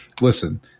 listen